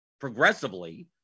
progressively